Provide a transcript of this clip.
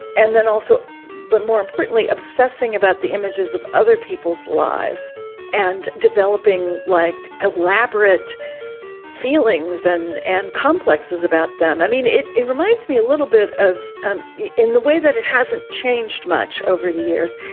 and then also but more importantly, obsessing about the images of other people's lives and developing like elaborate feelings and and complexes about them. i mean, it it reminds me a little bit of ah in the way that it hasn't changed much over the years.